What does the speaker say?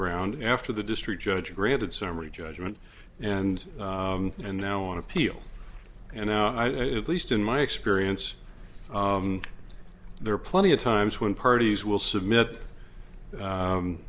ground after the district judge granted summary judgment and and now on appeal and now at least in my experience there are plenty of times when parties will submit